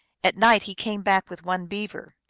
at night he came back with one beaver.